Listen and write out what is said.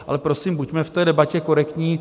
Ale, prosím, buďme v té debatě korektní.